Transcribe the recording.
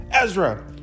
Ezra